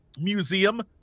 museum